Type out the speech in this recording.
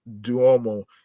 duomo